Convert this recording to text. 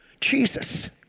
Jesus